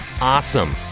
awesome